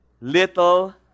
little